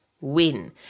win